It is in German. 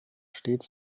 stets